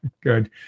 Good